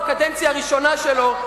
בקדנציה הראשונה שלו,